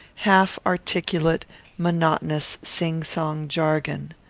half-articulate, monotonous, singsong jargon.